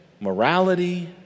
morality